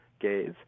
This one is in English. gays